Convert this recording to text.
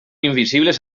invisibles